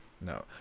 No